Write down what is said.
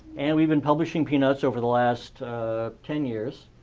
and we've been publishing peanuts over the last ten years.